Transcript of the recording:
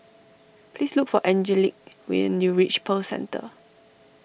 please look for Angelic when you reach Pearl Centre